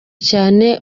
cyane